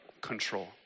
control